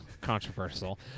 controversial